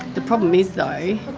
the problem is though.